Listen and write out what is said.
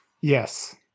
Yes